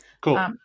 Cool